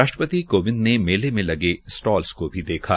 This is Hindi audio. राष्ट्रपति कोविंद ने मेले में गले स्टाल को भी देखा